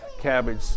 cabbage